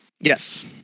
Yes